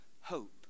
hope